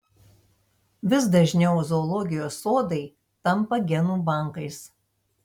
vis dažniau zoologijos sodai tampa genų bankais